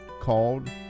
called